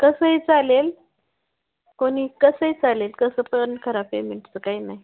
कसंही चालेल कोणी कसंही चालेल कसं पण करा पेमेंटचं काही नाही